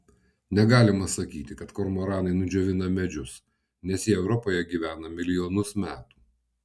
negalima sakyti kad kormoranai nudžiovina medžius nes jie europoje gyvena milijonus metų